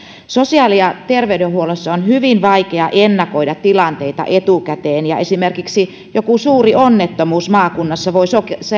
sosiaali ja terveydenhuollossa on hyvin vaikea ennakoida tilanteita etukäteen ja esimerkiksi joku suuri onnettomuus maakunnassa voi